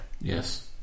Yes